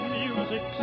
music